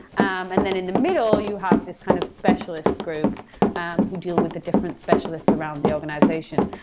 um and then, in the middle, you have this kind of specialist group um who deal with the different specialist around the organization.